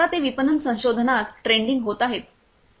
ते विपणन संशोधनात ट्रेंडिंग होत आहेत